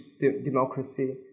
democracy